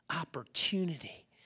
opportunity